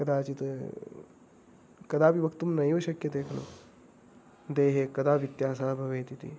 कदाचित् कदापि वक्तुं नैव शक्यते खलु देहे कदा व्यत्यासः भवेत् इति